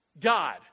God